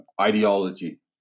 ideology